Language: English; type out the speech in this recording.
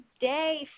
Day